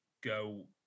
go